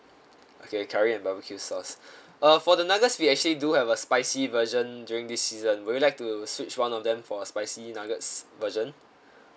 okay curry and barbecues sauce uh for the nuggets we actually do have a spicy version during this season would you like to switch one of them for a spicy nuggets version